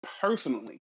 personally